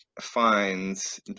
finds